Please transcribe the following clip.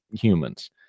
humans